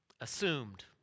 assumed